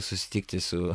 susitikti su